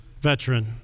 veteran